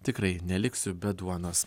tikrai neliksiu be duonos